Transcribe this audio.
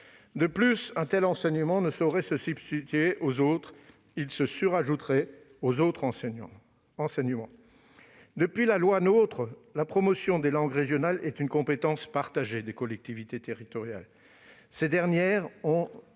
De plus, un tel enseignement ne saurait se substituer aux autres ; il s'y surajouterait. Depuis l'entrée en vigueur de la loi NOTRe, la promotion des langues régionales est une compétence partagée des collectivités territoriales. Ces dernières ont